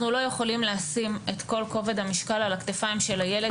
אנחנו לא יכולים לשים את כל כובד המשקל על הכתפיים של הילד,